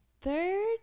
third